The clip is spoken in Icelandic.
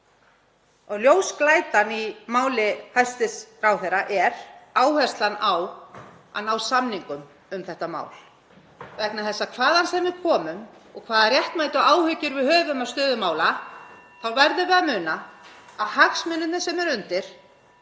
Ljósglætan í máli hæstv. ráðherra er áherslan á að ná samningum um þetta mál, vegna þess að hvaðan sem við komum og hvaða réttmætu áhyggjur við höfum af stöðu mála (Forseti hringir.) þá verðum við að muna að hagsmunirnir sem eru undir